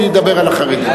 הוא ידבר על החרדים.